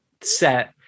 set